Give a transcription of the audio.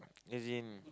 as in